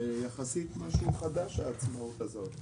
זה יחסית משהו חדש העצמאות הזאת.